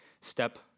step